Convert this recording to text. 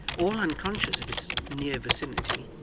all unconscious of its near vicinity,